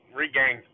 regain